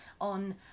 on